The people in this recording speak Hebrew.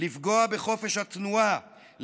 לפגוע בחופש התנועה,